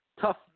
tough